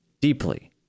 deeply